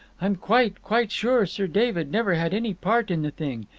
i'm quite, quite sure sir david never had any part in the thing.